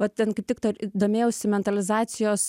vat ten kaip tik tai domėjausi mentalizacijos